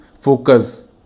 focus